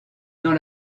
dans